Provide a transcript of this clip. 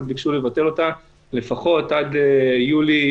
ביקשו לבטל אותה לפחות עד יולי.